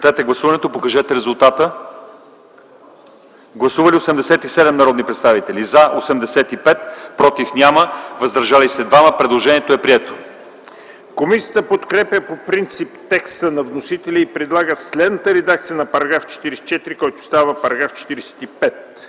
Комисията подкрепя по принцип текста на вносителя и предлага следната редакция на § 44, който става § 45: „§ 45.